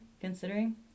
considering